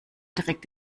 direkt